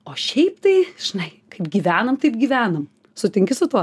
o šiaip tai žinai kaip gyvenom taip gyvenam sutinki su tuo